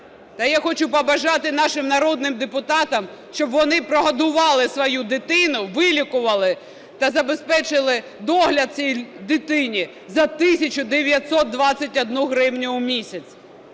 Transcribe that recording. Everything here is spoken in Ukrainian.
Я хочу побажати нашим народним депутатам, щоб вони прогодували свою дитину, вилікували та забезпечили догляд цій дитині за 1 тисячу 921 гривню в місяць.